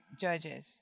judges